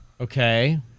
Okay